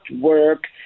work